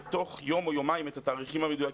ותוך יום או יומיים אין לי פה את התאריך המדויק